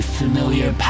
familiar